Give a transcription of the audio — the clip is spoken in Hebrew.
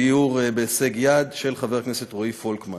דיור בהישג יד), של חבר הכנסת רועי פולקמן,